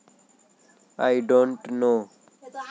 जमीन लेके छोड़ देथे जेखर करा जतका कन पइसा रहिथे ओखर हिसाब ले